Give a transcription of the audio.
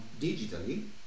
digitally